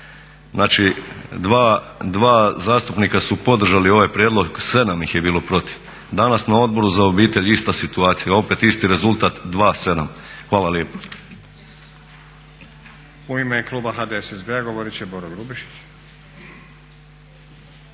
znači 2 zastupnika su podržali ovaj prijedlog, 7 ih je bilo protiv. Danas na Odboru za obitelj ista situacija, opet isti rezultat 2:7. Hvala lijepo. **Grubišić, Boro (HDSSB)**